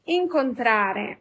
incontrare